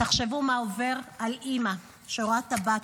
תחשבו מה עובר על אימא שרואה את הבת